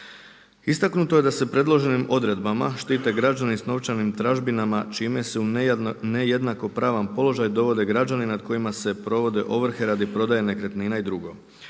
Istaknuto je da se predloženim odredbama štite građani s novčanim tražbinama čime se u nejednakopravan položaj dovode građani nad kojima se provode ovrhe radi prodaje nekretnina i drugo.